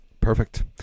Perfect